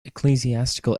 ecclesiastical